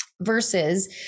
versus